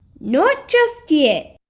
not just yet